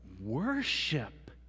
worship